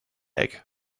egg